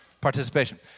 participation